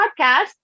Podcast